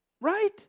Right